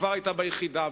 שכבר היתה ביחידה,